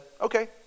okay